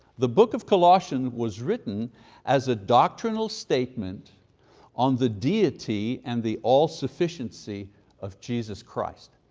the book of colossians was written as a doctrinal statement on the deity and the all sufficiency of jesus christ.